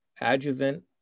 adjuvant